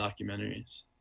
documentaries